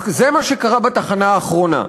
אז זה מה שקרה בתחנה האחרונה,